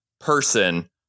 person